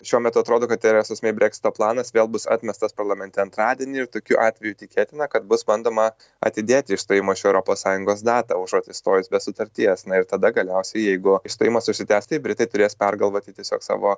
šiuo metu atrodo kad terezos mei breksito planas vėl bus atmestas parlamente antradienį ir tokiu atveju tikėtina kad bus bandoma atidėti išstojimo iš europos sąjungos datą užuot išstojus be sutarties ir tada galiausiai jeigu išstojimas užsitęs tai britai turės pergalvoti tiesiog savo